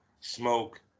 smoke